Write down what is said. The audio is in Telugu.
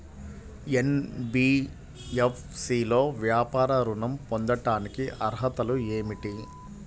ఎన్.బీ.ఎఫ్.సి లో వ్యాపార ఋణం పొందటానికి అర్హతలు ఏమిటీ?